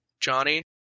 Johnny